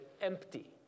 empty